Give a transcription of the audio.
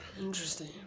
Interesting